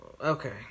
Okay